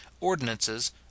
ordinances